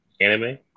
anime